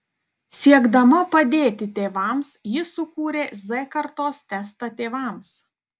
siekdama padėti tėvams ji sukūrė z kartos testą tėvams